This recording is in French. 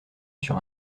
sur